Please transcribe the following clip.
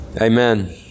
Amen